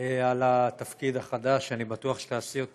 על התפקיד החדש, שאני בטוח שתעשי אותו